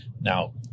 Now